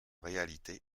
réalité